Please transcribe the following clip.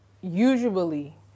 usually